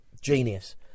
genius